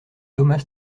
thomas